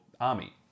army